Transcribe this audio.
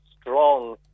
strong